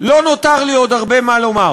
לא נותר לי עוד הרבה מה לומר.